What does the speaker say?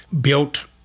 built